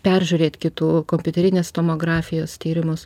peržiūrėt kitų kompiuterinės tomografijos tyrimus